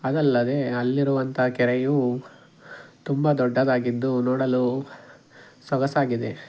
ಅದಲ್ಲದೇ ಅಲ್ಲಿರುವಂಥ ಕೆರೆಯು ತುಂಬ ದೊಡ್ಡದಾಗಿದ್ದು ನೋಡಲು ಸೊಗಸಾಗಿದೆ